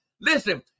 Listen